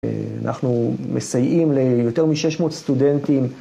אנחנו מסייעים ליותר מ-600 סטודנטים.